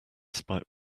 spite